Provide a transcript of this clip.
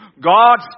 God